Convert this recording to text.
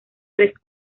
tres